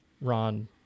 Ron